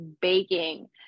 baking